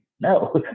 no